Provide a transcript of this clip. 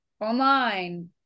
online